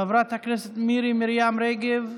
חברת הכנסת מירי מרים רגב,